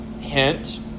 hint